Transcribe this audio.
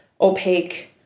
opaque